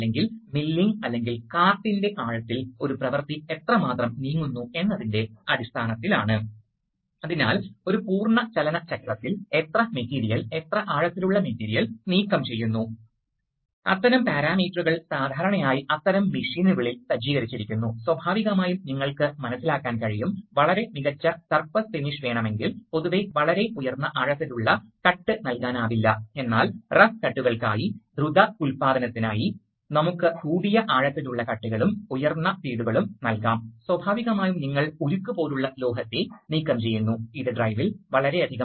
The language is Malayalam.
അതിനാൽ നിങ്ങൾക്ക് ഇവിടെ ഒരു നിർമ്മാണം കാണാൻ കഴിയും നിങ്ങൾ സിലിണ്ടറുകളിലേക്ക് സമ്മർദ്ദം ചെലുത്തുമ്പോൾ അവ സാധാരണയായി സിലിണ്ടറുകളുമായി ബന്ധിപ്പിച്ചിരിക്കുന്നു അപ്പോൾ ഇതാണ് അടിസ്ഥാന സംവിധാനം ഇതാണ് സംവിധാനം അതിനാൽ ഇത് മുകളിലേക്ക് നീങ്ങുന്നു ഇത് തള്ളപ്പെടുമ്പോൾ ഇത് അടച്ചിരിക്കുകയാണ് ആണ് അതുകൊണ്ട് വായു പാത കാണിക്കുന്നു വായു സിലിണ്ടറിലേക്ക് ഒഴുകുന്നു ഇത് ഡിസിവിയിൽ നിന്നാണ് വരുന്നത്